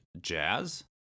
jazz